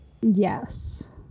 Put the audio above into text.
Yes